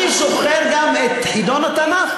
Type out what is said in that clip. אני זוכר גם את חידון התנ"ך.